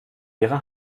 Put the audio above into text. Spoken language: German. ihrer